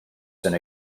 sent